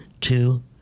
two